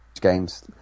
games